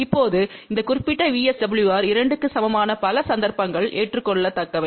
இப்போது இந்த குறிப்பிட்ட VSWR 2 க்கு சமமான பல சந்தர்ப்பங்கள் ஏற்றுக்கொள்ளத்தக்கவை